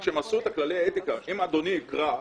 אם אדוני יקרא,